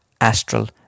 astral